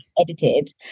edited